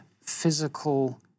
physical